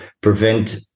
prevent